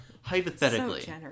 hypothetically